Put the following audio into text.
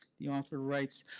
the author writes,